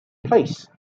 place